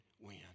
win